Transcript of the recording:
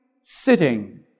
sitting